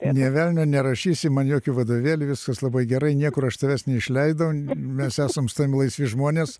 nė velnio nerašysi man jokių vadovėlių viskas labai gerai niekur aš tavęs neišleidau mes esam su tavim laisvi žmonės